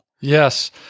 Yes